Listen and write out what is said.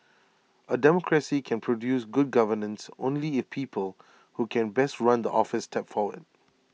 A democracy can produce good governance only if people who can best run the office step forward